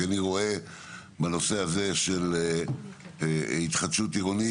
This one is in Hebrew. כי אני רואה בנושא הזה של התחדשות עירונית,